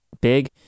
big